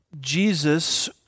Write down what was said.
Jesus